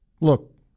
Look